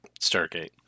Stargate